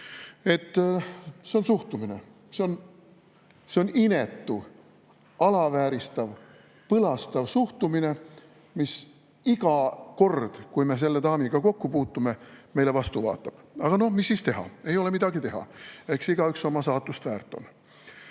See on suhtumine, see on inetu, alavääristav, põlastav suhtumine, mis iga kord, kui me selle daamiga kokku puutume, meile vastu vaatab. Aga no mis teha, ei ole midagi teha, eks igaüks on oma saatust väärt. Mida